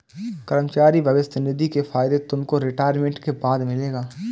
कर्मचारी भविष्य निधि के फायदे तुमको रिटायरमेंट के बाद मिलेंगे